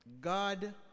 God